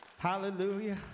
Hallelujah